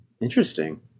Interesting